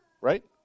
right